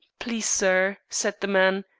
please, sir, said the man,